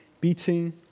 beating